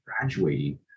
graduating